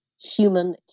human